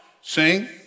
sing